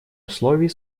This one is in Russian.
условий